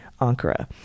Ankara